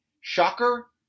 Shocker